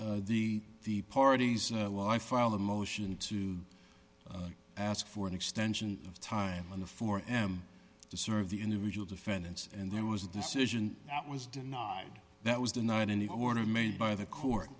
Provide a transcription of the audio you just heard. are the the parties will i filed a motion to ask for an extension of time on the four am to serve the individual defendants and there was a decision that was denied that was denied any order made by the court